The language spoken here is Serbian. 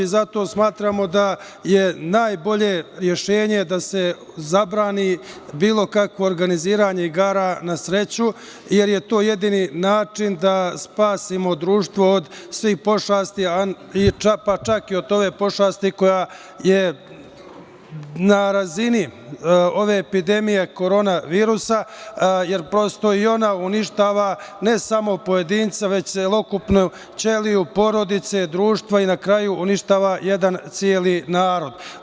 Zato smatramo da je najbolje rešenje da se zabrani bilo kakvo organiziranje igara na sreću, jer je to jedini način da spasimo društvo od svih pošasti, pa čak i od ove pošasti koja je na razini ove epidemije „korona virusa“, jer prosto, i ona uništava ne samo pojedinca, već celokupnu ćeliju porodice, društva i na kraju uništava jedan celi narod.